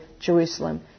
Jerusalem